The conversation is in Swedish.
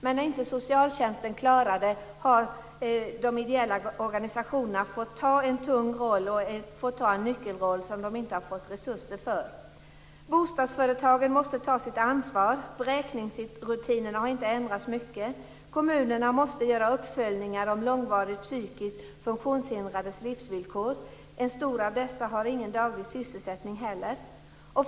Men när inte socialtjänsten klarar det har de ideella organisationerna fått ta en tung nyckelroll som de inte har fått resurser för. Bostadsföretagen måste ta sitt ansvar. Beräkningsrutinerna har inte ändrats mycket. Kommunerna måste göra uppföljningar om långvarigt psykiskt funktionshindrades livsvillkor. En stor del av dessa har ingen daglig sysselsättning heller.